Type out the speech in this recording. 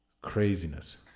Craziness